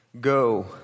go